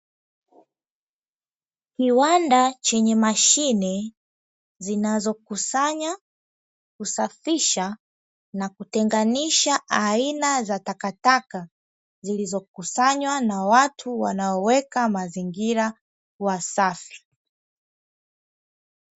Kiwanda chenye mashine zinazokusanya, kusafisha, na kutenganisha aina za takataka zilizokusanywa na watu wanaoweka mazingira kuwa safi.